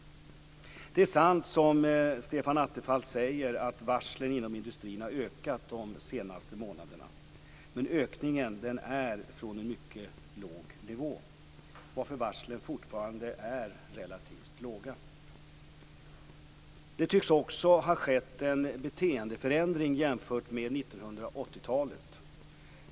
Det är sant som Stefan Attefall säger att varslen inom industrin har ökat de senaste månaderna. Men ökningen är från en mycket låg nivå, varför varslen fortfarande är relativt låga. Det tycks också ha skett en beteendeförändring jämfört med 1980-talet.